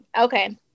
Okay